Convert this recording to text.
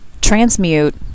transmute